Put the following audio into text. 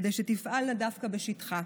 כדי שתפעלנה דווקא בשטחה.